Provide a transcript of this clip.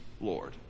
Lord